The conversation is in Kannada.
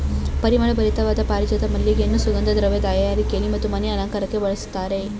ಪರಿಮಳ ಭರಿತವಾದ ಪಾರಿಜಾತ ಮಲ್ಲಿಗೆಯನ್ನು ಸುಗಂಧ ದ್ರವ್ಯ ತಯಾರಿಕೆಯಲ್ಲಿ ಮತ್ತು ಮನೆಯ ಅಲಂಕಾರಕ್ಕೆ ಬಳಸ್ತರೆ